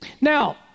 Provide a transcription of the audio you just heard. Now